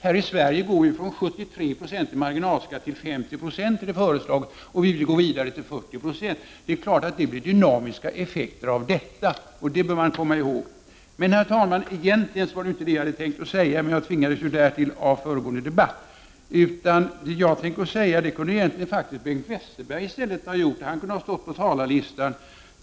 Här i Sverige går vi från 73 70 i marginalskatt till 50 Ze, vilket har föreslagits, och vi för vår del vill gå vidare till 40 96. Det är klart att det blir dynamiska effekter av detta. Det här är alltså någonting som man bör komma ihåg. Herr talman! Egentligen hade jag inte tänkt att tala om detta men tvingades till det av den föregående debatten. Vad jag tänkte säga kunde i stället Bengt Westerberg faktiskt ha sagt, om han hade stått upptagen på talarlistan.